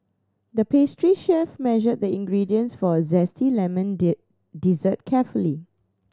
the pastry chef measured the ingredients for a zesty lemon dessert carefully